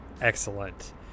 Excellent